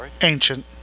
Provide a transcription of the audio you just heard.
Ancient